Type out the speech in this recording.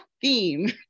theme